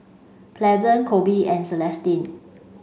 pleasant Koby and Celestine